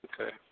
Okay